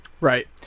Right